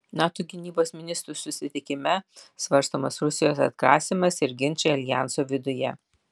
nato gynybos ministrų susitikime svarstomas rusijos atgrasymas ir ginčai aljanso viduje